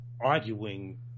arguing